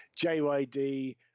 JYD